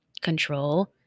control